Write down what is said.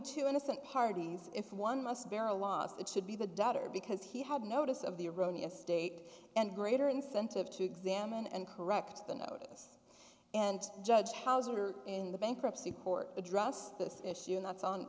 two innocent parties if one must bear a loss that should be the doubter because he had notice of the erroneous state and greater incentive to examine and correct the notice and judge houser in the bankruptcy court address this issue and that's on